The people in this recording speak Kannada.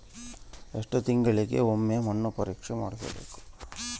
ಎಷ್ಟು ತಿಂಗಳಿಗೆ ಒಮ್ಮೆ ಮಣ್ಣು ಪರೇಕ್ಷೆ ಮಾಡಿಸಬೇಕು?